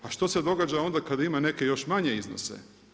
A što se događa onda kada ima neke još manje iznose?